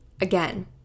Again